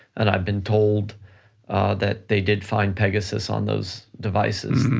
and i've been told that they did find pegasus on those devices.